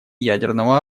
ядерного